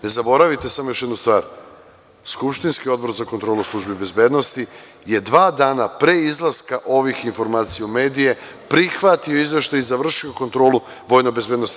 Ne zaboravite, samo još jednu stvar, skupštinski Odbor za kontrolu službi bezbednosti je dva dana pre izlaska ovih informacija u medijima, prihvatio izveštaj i završio kontrolu VBA.